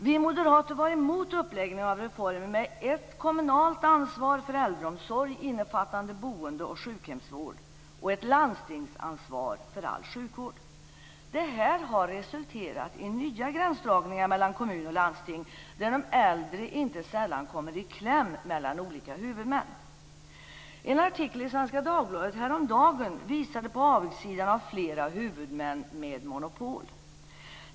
Vi moderater var emot upplägget med ett kommunalt ansvar för äldreomsorgen innefattande boende och sjukhemsvård och ett landstingsansvar för all sjukvård. Detta har resulterat i nya gränsdragningar mellan kommuner och landsting där de äldre inte sällan kommer i kläm mellan olika huvudmän. En artikel i Svenska Dagbladet häromdagen visade på avigsidan med flera huvudmän med monopol.